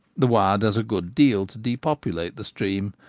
the wire does a good deal to depopulate the stream,